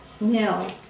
No